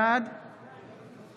בעד